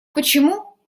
почему